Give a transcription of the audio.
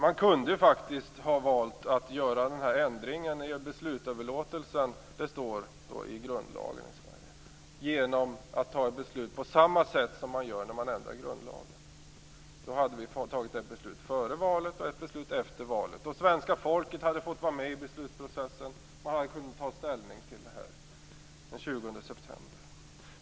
Man kunde faktiskt ha valt att göra den här ändringen i beslutsöverlåtelsen genom att fatta beslut på samma sätt som man gör när man ändrar grundlagen. Då hade vi, som det står i Sveriges grundlag, fått fatta ett beslut före valet och ett beslut efter valet. Svenska folket hade fått vara med i beslutsprocessen, man hade kunnat ta ställning till detta den 20 september.